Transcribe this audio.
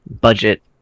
budget